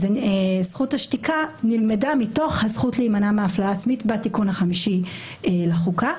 זכות השתיקה נלמדה מתוך הזכות להימנע מהפללה עצמית בתיקון החמישי לחוקה.